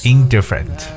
Indifferent